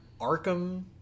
Arkham